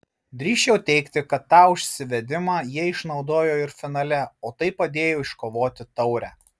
drįsčiau teigti kad tą užsivedimą jie išnaudojo ir finale o tai padėjo iškovoti taurę